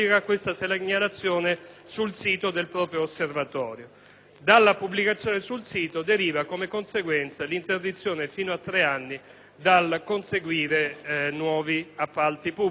Dalla pubblicazione sul sito deriva come conseguenza l'interdizione fino a tre anni dal conseguire nuovi appalti pubblici; il che significa - lo ripeto - evitare